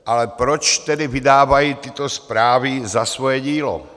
Ale proč tedy vydávají tyto zprávy za svoje dílo?